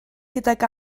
gydag